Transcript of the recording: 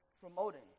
promoting